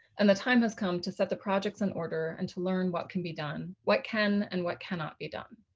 and the time has come to set the projects in and order and to learn what can be done, what can and what cannot be done.